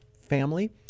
family